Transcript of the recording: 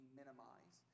minimize